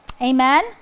amen